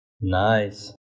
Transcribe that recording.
Nice